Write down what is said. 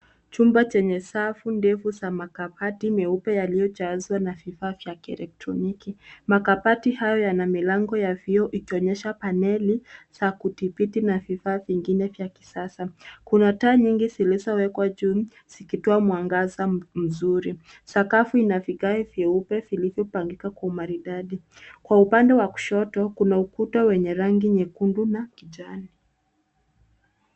Chumba zenye safu ndefu za makabati meupe yaliyojazwa na vifaa vya kielektroniki. Makabati hayo yana milango ya vioo ikionyesha paneli za kudhibiti na vifaa vingine vya kisasa. Kuna taa nyingi zilizowekwa juu zikitoa mwangaza mzuri. Sakafu ina vigae vyeupe vilivyopangika kwa umaridadi. Kwa upande wa kushoto kuna ukuta wenye rangi nyekundu na kijani.